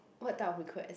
what type of request